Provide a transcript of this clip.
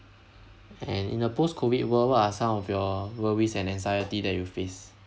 and in a post COVID world what are some of your worries and anxiety that you face